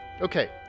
Okay